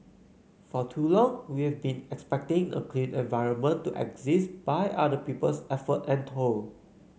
for too long we've been expecting a clean environment to exist by other people's effort and toil